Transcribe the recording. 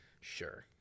sure